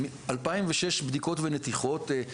2,006 בדיקות ונתיחות.